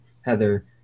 Heather